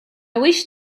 wish